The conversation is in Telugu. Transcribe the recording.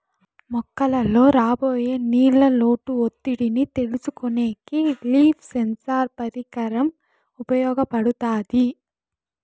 మొక్కలలో రాబోయే నీళ్ళ లోటు ఒత్తిడిని తెలుసుకొనేకి లీఫ్ సెన్సార్ పరికరం ఉపయోగపడుతాది